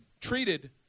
treated